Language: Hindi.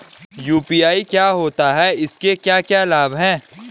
यु.पी.आई क्या होता है इसके क्या क्या लाभ हैं?